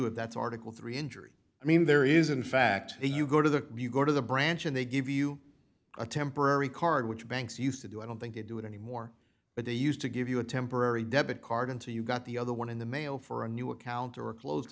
if that's article three injury i mean there isn't fact a you go to the you go to the branch and they give you a temporary card which banks used to do i don't think you do it anymore but they used to give you a temporary debit card until you got the other one in the mail for a new account or a closed